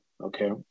Okay